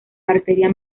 arteria